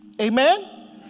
Amen